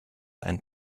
and